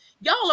Y'all